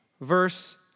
verse